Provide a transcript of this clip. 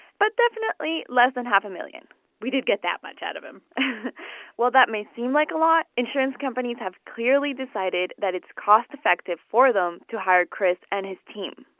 but definitely less than half a million we did get that much out of him while that may seem like a lot, insurance companies have clearly decided that it's cost-effective for them to hire kris and his team,